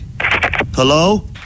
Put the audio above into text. Hello